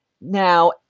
Now